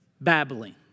Babbling